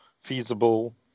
feasible